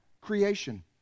creation